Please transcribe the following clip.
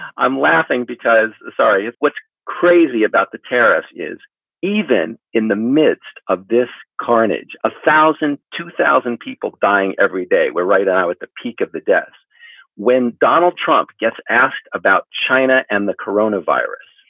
i'm laughing because. sorry. what's crazy about the terrorists is even in the midst of this carnage, a thousand two thousand people dying every day. we're right and at the peak of the deaths when donald trump gets asked about china and the corona virus.